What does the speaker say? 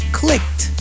clicked